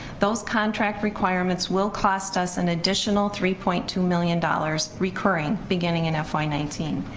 those contract requirements will cost us an additional three point two million dollars recurring beginning in fy nineteen,